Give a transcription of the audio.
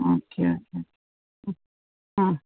okay okay hmm ആ